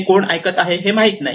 हे कोण ऐकत आहे हे माहित नाही